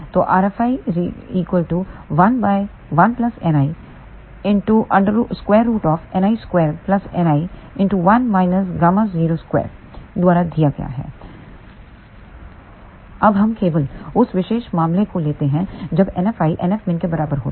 तो rFi द्वारा दिया गया है अब हम केवल उस विशेष मामले को लेते हैं जब NFi NFmin के बराबर होता है